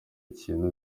ikintu